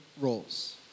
roles